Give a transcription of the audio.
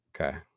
Okay